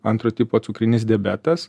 antro tipo cukrinis diabetas